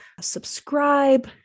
subscribe